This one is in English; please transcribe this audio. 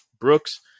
Brooks